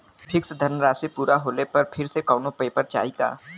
Fix धनराशी पूरा होले पर फिर से कौनो पेपर चाही का?